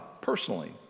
personally